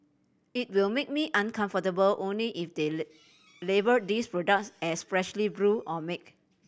it will make me uncomfortable only if they lay label these products as freshly brewed or make